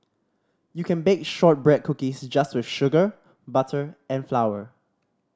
you can bake shortbread cookies just with sugar butter and flower